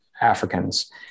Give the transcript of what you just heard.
Africans